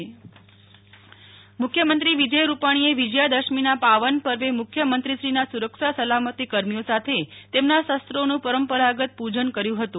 નેહલ ઠક્કર મુખ્યમંત્રી શરુ્રપ્રજન મુખ્યમંત્રી વિજય રૂપાણીએ વિજયા દશમી ના પાવન પર્વે મુખ્ય મંત્રીશ્રીના સુરક્ષા સલામતિ કર્મીઓ સાથે તેમના શસ્ત્રોનું પરંપરાગત પૂજન કર્યુંહતું